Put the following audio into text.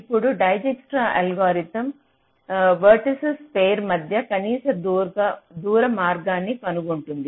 ఇప్పుడు డైజ్క్స్ట్రా అల్గోరిథంdijkstra's algorithm vertices pair మధ్య కనీస దూర మార్గాన్ని కనుగొంటుంది